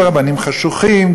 ורבנים חשוכים,